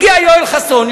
הגיע יואל חסון,